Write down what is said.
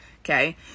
okay